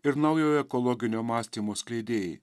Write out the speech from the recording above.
ir naujojo ekologinio mąstymo skleidėjai